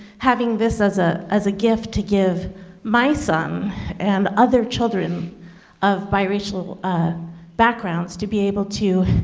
having this as ah as a gift to give my son and other children of biracial ah backgrounds to be able to,